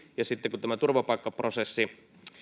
sitten kun turvapaikkaprosessi